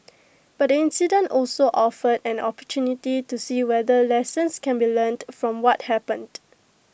but the incident also offered an opportunity to see whether lessons can be learned from what happened